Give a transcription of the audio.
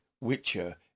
Witcher